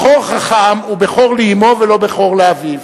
בכור חכם הוא בכור לאביו ולא בכור לאמו.